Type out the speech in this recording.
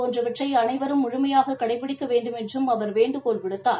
போன்றவற்றை அனைவரும் முழுமையாக கடைபிடிக்க வேண்டுமென்றும் அவர் வேண்டுகோள் விடுத்தார்